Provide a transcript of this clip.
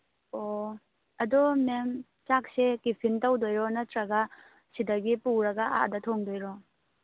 ꯑꯣ ꯑꯗꯣ ꯃꯦꯝ ꯆꯥꯛꯁꯦ ꯇꯤꯐꯤꯟ ꯇꯧꯗꯣꯏꯔꯣ ꯅꯠꯇ꯭ꯔꯒ ꯁꯤꯗꯒꯤ ꯄꯨꯔꯒ ꯑꯥꯗ ꯊꯣꯡꯗꯣꯏꯔꯣ